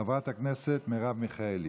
חברת הכנסת מרב מיכאלי.